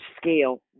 scale